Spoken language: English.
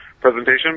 presentation